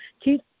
Keep